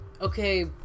Okay